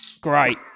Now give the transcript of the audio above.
Great